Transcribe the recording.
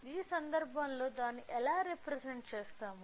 ఈ సందర్భంలో దాన్ని ఎలా రిప్రజంట్ చేస్తాము